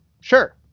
sure